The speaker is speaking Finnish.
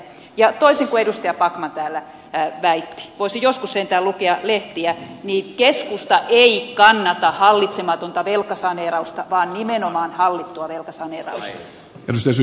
ja toisin kuin edustaja backman täällä väitti voisi joskus sentään lukea lehtiä niin keskusta ei kannata hallitsematonta velkasaneerausta vaan nimenomaan hallittua velkasaneerausta